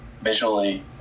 visually